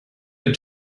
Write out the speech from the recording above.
der